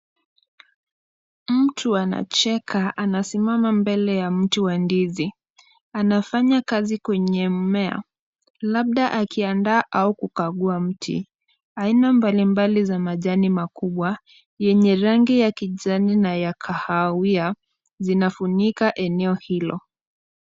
Mtu anacheka anasimama mbele ya mtu wa ndizi. Anafanya kazi kwenye mmea labda akiandaa au kukagua mti aina mbalimbali za majani makubwa yenye rangi ya kijani na ya kahawia zinafunika eneo hilo.